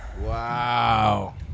Wow